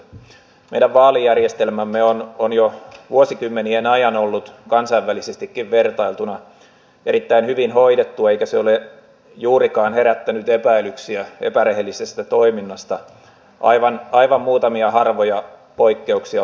meidän vaalijärjestelmämme on jo vuosikymmenien ajan ollut kansainvälisestikin vertailuna erittäin hyvin hoidettu eikä se ole juurikaan herättänyt epäilyksiä epärehellisestä toiminnasta aivan muutamia harvoja poikkeuksia lukuun ottamatta